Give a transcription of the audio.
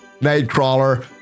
nightcrawler